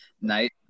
night